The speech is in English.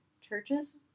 churches